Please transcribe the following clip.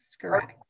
correct